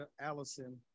Allison